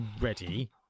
ready